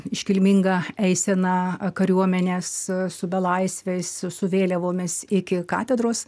iškilmingą eiseną kariuomenės su belaisviais su vėliavomis iki katedros